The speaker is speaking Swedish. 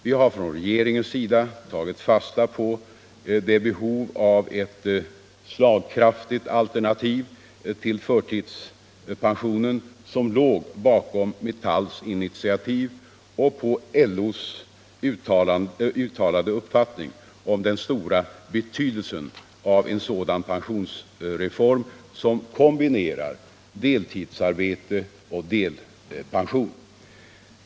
Vi har från regeringens sida tagit fasta på det behov av ett slagkraftigt alternativ till förtidspensionen som låg bakom Metalls initiativ och på LO:s uttalade uppfattning om den stora betydelsen av en sådan pensionsreform som kombinerar deltidsarbete och delpension.